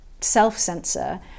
self-censor